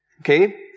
Okay